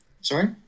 sorry